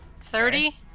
thirty